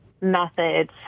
methods